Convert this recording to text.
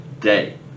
day